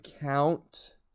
count